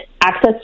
access